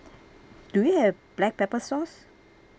do you have black pepper sauce